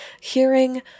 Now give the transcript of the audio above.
hearing